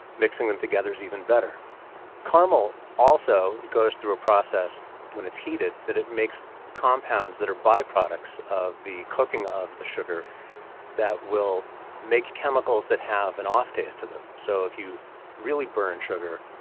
mixing them together is even better caramel also goes through a process when it's heated. it makes compounds that are by-products of the cooking of the sugar that will make chemicals that have an off-taste to them. so if you really burn sugar,